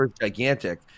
gigantic